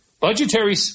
Budgetary